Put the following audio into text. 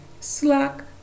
slack